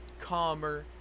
calmer